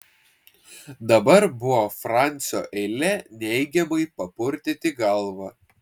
dabar buvo francio eilė neigiamai papurtyti galvą